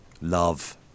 Love